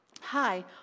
hi